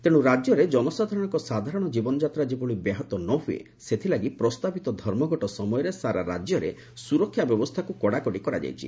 ତେଣୁ ରାଜ୍ୟରେ ଜନସାଧାରଣଙ୍କ ସାଧାରଣ କ୍ରୀବନଯାତ୍ରା ଯେଭଳି ବ୍ୟାହତ ନ ହୁଏ ସେଥିଲାଗି ପ୍ରସ୍ତାବିତ ଧର୍ମଘଟ ସମୟରେ ସାରା ରାଜ୍ୟରେ ସୁରକ୍ଷା ବ୍ୟବସ୍ଥାକୁ କଡ଼ାକଡ଼ି କରାଯାଇଛି